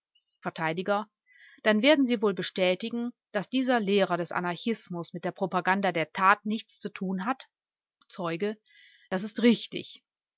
vert dann werden sie wohl bestätigen daß dieser lehrer des anarchismus mit der propaganda der tat nichts zu tun hat zeuge das ist richtig